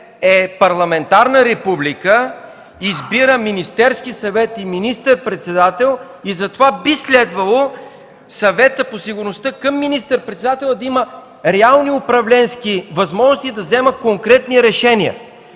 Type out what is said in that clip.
е парламентарна република, избира Министерски съвет и министър-председател и затова би следвало Съветът по сигурността към министър-председателя да има реални управленски възможности да взема конкретни решения.